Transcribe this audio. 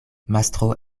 mastro